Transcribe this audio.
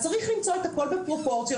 צריך לקחת הכול בפרופורציות.